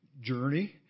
journey